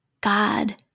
God